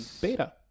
beta